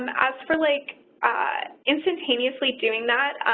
um as for like instantaneously doing that,